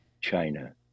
China